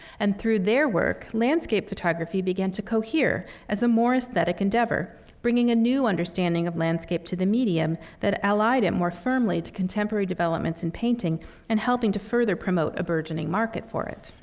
and through their work, landscape photography began to cohere as a more aesthetic endeavor, bringing a new understanding of landscape to the medium that allied it and more firmly to contemporary developments in painting and helping to further promote a burgeoning market for it.